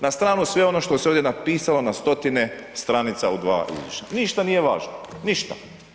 Na stranu sve ono što se ovdje napisalo na stotine stranica u dva izvješća, ništa nije važno, ništa.